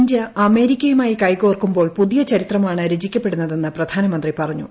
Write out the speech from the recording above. India അമേരിക്കയുമായി കൈകോർക്കുമ്പോൾ പുതിയ ചരിത്രമാണ് രചിക്കപ്പെടുന്നതെന്ന് പ്രധാനമന്ത്രി പറഞ്ഞു